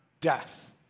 death